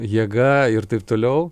jėga ir taip toliau